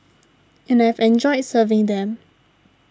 and I've enjoyed serving them